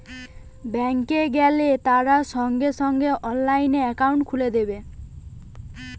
bank এ গেলে তারা সঙ্গে সঙ্গে অনলাইনে একাউন্ট খুলে দেবে